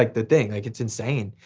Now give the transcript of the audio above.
like the thing, like it's insane.